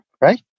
Right